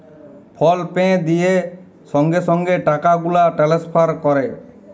ফল pay দিঁয়ে সঙ্গে সঙ্গে টাকা গুলা টেলেসফার ক্যরে